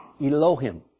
Elohim